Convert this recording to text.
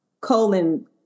colon